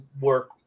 work